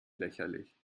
lächerlich